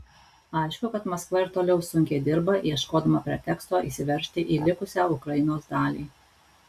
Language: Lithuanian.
aišku kad maskva ir toliau sunkiai dirba ieškodama preteksto įsiveržti į likusią ukrainos dalį